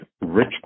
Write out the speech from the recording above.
rich